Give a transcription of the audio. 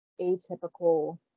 atypical